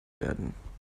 werden